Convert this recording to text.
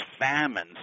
famines